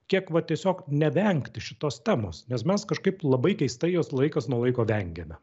kiek va tiesiog nevengti šitos temos nes mes kažkaip labai keistai jos laikas nuo laiko vengiame